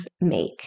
make